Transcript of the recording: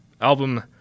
album